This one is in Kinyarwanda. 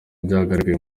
byagaragaye